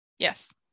yes